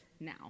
now